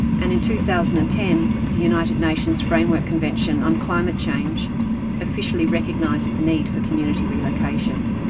and in two thousand and ten, the united nations framework convention on climate change officially recognized the need for community relocation.